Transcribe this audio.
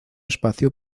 espacio